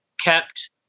kept